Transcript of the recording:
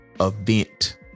event